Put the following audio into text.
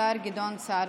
השר גדעון סער,